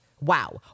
Wow